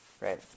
right